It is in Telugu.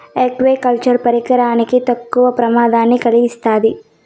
ఆక్వా కల్చర్ పర్యావరణానికి తక్కువ ప్రమాదాన్ని కలిగిస్తాది